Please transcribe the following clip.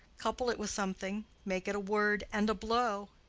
couple it with something make it a word and a blow.